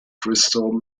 crystal